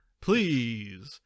please